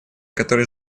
который